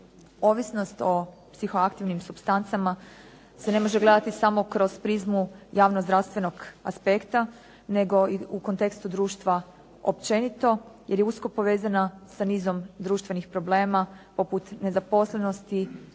Ovisnost o psihoaktivnim supstancama se ne može gledati samo kroz prizmu javno zdravstvenog aspekta nego i u kontekstu društva općenito jer je usko povezana sa nizom društvenih problema poput nezaposlenosti,